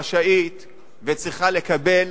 ורשאית וצריכה לקבל